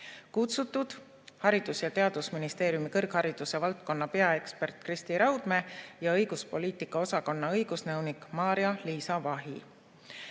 Kutsutud olid Haridus- ja Teadusministeeriumi kõrghariduse valdkonna juht Kristi Raudmäe ja õiguspoliitika osakonna õigusnõunik Maarja-Liisa Vahi. Võtan